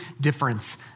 difference